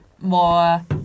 more